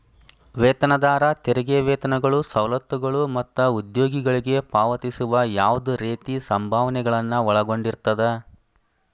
ವೇತನದಾರ ತೆರಿಗೆ ವೇತನಗಳು ಸವಲತ್ತುಗಳು ಮತ್ತ ಉದ್ಯೋಗಿಗಳಿಗೆ ಪಾವತಿಸುವ ಯಾವ್ದ್ ರೇತಿ ಸಂಭಾವನೆಗಳನ್ನ ಒಳಗೊಂಡಿರ್ತದ